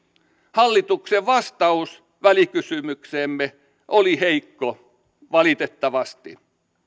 hallituksen vastaus välikysymykseemme oli heikko valitettavasti